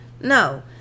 No